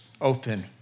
Open